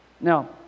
Now